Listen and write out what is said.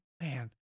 man